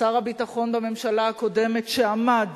שר הביטחון בממשלה הקודמת, שעמד,